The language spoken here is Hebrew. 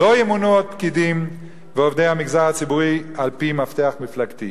לא ימונו עוד פקידים ועובדי המגזר הציבורי על-פי מפתח מפלגתי.